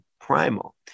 primal